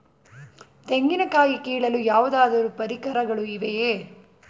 ತೆಂಗಿನ ಕಾಯಿ ಕೀಳಲು ಯಾವುದಾದರು ಪರಿಕರಗಳು ಇವೆಯೇ?